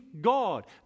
God